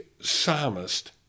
psalmist